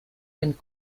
den